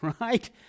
right